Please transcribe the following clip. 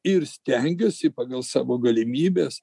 ir stengiuosi pagal savo galimybes